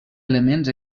elements